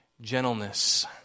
gentleness